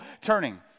turning